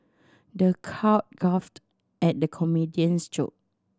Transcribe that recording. the crowd guffawed at the comedian's joke